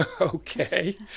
Okay